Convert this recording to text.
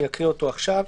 אני אקריא אותו עכשיו: